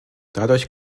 dadurch